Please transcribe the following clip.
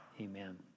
amen